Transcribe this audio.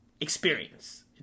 experience